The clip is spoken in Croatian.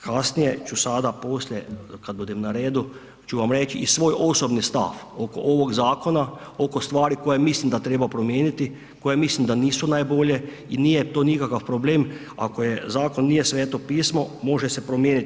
Kasnije ću sada poslije kad budem na redu ću vam reć i svoj osobni stav oko ovog zakona, oko stvari koje mislim da treba promijeniti, koje mislim da nisu najbolje i nije to nikakav problem ako je, zakon nije sveto pismo, može se promijenit.